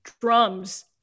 drums